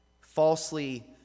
Falsely